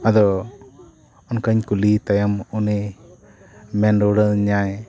ᱟᱫᱚ ᱚᱱᱠᱟᱧ ᱠᱩᱞᱤᱭᱮ ᱛᱟᱭᱚᱢ ᱩᱱᱤᱭ ᱢᱮᱱ ᱨᱩᱣᱟᱹᱲ ᱤᱧᱟᱹᱭ